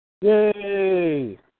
Yay